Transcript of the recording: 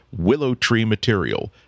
WillowTreeMaterial